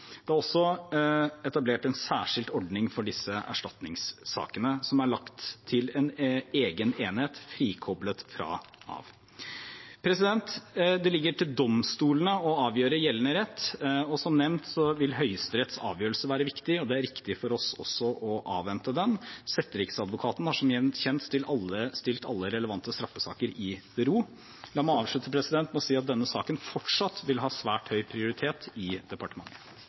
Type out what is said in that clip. Det er også etablert en særskilt ordning for disse erstatningssakene, som er lagt til en egen enhet frikoblet fra Nav. Det ligger til domstolene å avgjøre gjeldende rett. Som nevnt vil Høyesteretts avgjørelse være viktig, og det er riktig for oss også å avvente den. Setteriksadvokaten har som kjent stilt alle relevante straffesaker i bero. La meg avslutte med å si at denne saken fortsatt vil ha svært høy prioritet i departementet.